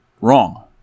wrong